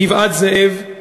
בגבעת-זאב,